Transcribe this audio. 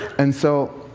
and so